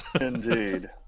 Indeed